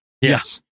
Yes